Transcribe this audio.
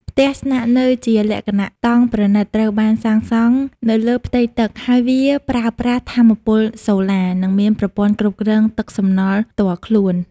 ផ្ទះស្នាក់នៅជាលក្ខណៈតង់ប្រណីតត្រូវបានសាងសង់នៅលើផ្ទៃទឹក ហើយវាប្រើប្រាស់ថាមពលសូឡា និងមានប្រព័ន្ធគ្រប់គ្រងទឹកសំណល់ផ្ទាល់ខ្លួន។